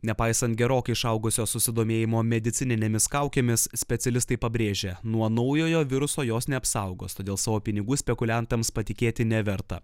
nepaisant gerokai išaugusio susidomėjimo medicininėmis kaukėmis specialistai pabrėžia nuo naujojo viruso jos neapsaugos todėl savo pinigų spekuliantams patikėti neverta